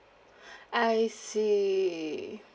I see